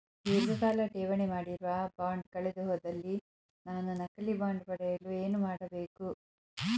ಧೀರ್ಘಕಾಲ ಠೇವಣಿ ಮಾಡಿರುವ ಬಾಂಡ್ ಕಳೆದುಹೋದಲ್ಲಿ ನಾನು ನಕಲಿ ಬಾಂಡ್ ಪಡೆಯಲು ಏನು ಮಾಡಬೇಕು?